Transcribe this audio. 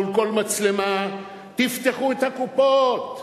מול כל מצלמה: תפתחו את הקופות.